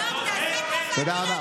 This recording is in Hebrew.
תודה רבה.